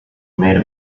made